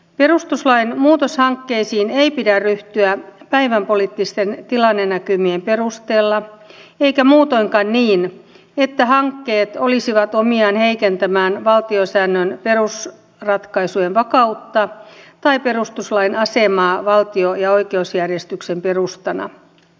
perustuslain muutoshankkeisiin ei pidä ryhtyä päivänpoliittisten tilannenäkymien perusteella eikä muutoinkaan niin että hankkeet olisivat omiaan heikentämään valtiosäännön perusratkaisujen vakautta tai perustuslain asemaa valtio ja oikeusjärjestyksen perustana